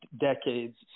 decades